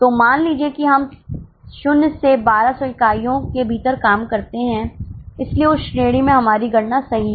तो मान लीजिए कि हम ० से १२०० इकाइयों के भीतर काम करते हैं इसलिए उस श्रेणी में हमारी गणना सही है